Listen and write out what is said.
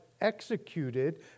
executed